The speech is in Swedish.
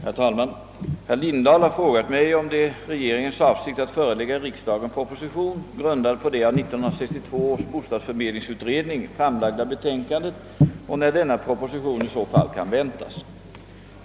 Herr talman! Herr Lindahl har frågat mig om det är regeringens avsikt att förelägga riksdagen proposition, grundad på det av 1962 års bostadsförmedlingsutredning framlagda betänkandet och när denna proposition i så fall kan väntas.